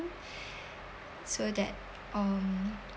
so that um